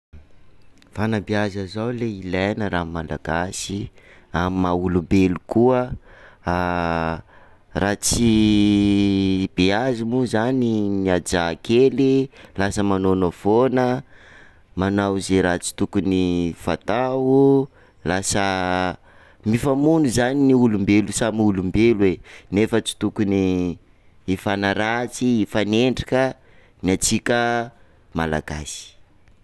Fanabeaza zao ley ilaina raha amin'ny Malagasy, amin'ny maha-olombelo koa raha tsy beazy mo zany ny hajà kely lasa manaonao foana, manao ze raha tsy tokony fatao, lasa mifamono zany ny olombelo samy olombelo e, nefa tsy tokony hifanaratsy hifanenjika ny antsika Malagasy